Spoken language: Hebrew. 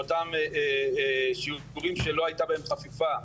ואותם --- שלא הייתה בהם חפיפה,